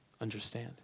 understand